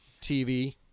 TV